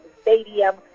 stadium